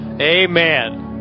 Amen